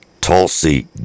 Tulsi